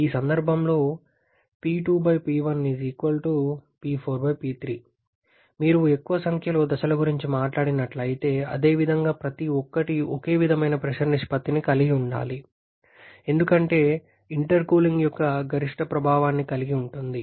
ఈ సందర్భంలో మీరు ఎక్కువ సంఖ్యలో దశల గురించి మాట్లాడినట్లయితే అదే విధంగా ప్రతి ఒక్కటి ఒకే విధమైన ప్రెషర్ నిష్పత్తిని కలిగి ఉండాలి ఎందుకంటే ఇది ఇంటర్కూలింగ్ యొక్క గరిష్ట ప్రభావాన్ని కలిగి ఉంటుంది